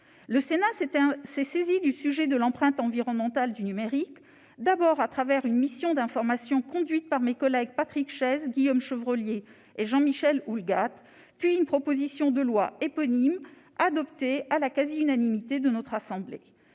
Le Sénat s'est saisi du sujet de l'empreinte environnementale du numérique, d'abord à travers une mission d'information conduite par mes collègues Patrick Chaize, Guillaume Chevrollier et Jean-Michel Houllegatte, puis avec une proposition de loi, adoptée à la quasi-unanimité de notre assemblée.